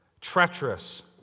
treacherous